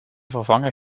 vervangen